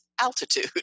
altitude